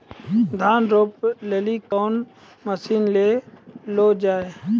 धान रोपे लिली कौन मसीन ले लो जी?